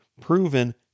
proven